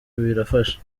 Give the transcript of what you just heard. birafasha